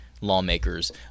lawmakers